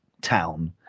town